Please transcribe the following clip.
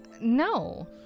No